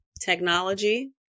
technology